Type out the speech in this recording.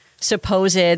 supposed